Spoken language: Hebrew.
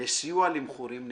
לסיוע למכורים נקיים.